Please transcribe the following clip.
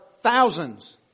thousands